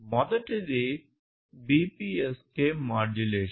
మొదటిది BPSK modulation